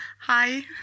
Hi